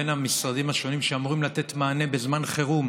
בין המשרדים השונים שאמורים לתת מענה בזמן חירום